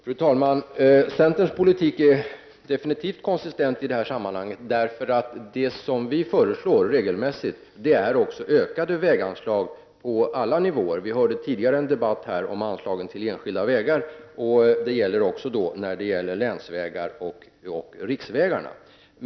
Fru talman! Centerns politik är absolut konsistent i detta sammanhang. Vi föreslår regelmässigt ökade väganslag på alla nivåer. Vi hörde tidigare här en debatt om anslag till enskilda vägar. Det gäller också länsvägar och riksvägar.